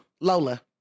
Lola